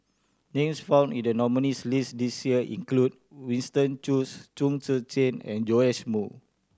names found in the nominees' list this year include Winston Choos Chong Tze Chien and Joash Moo